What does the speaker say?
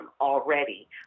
already